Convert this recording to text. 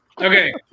Okay